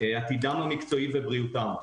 עתידם המקצועי ובריאותם.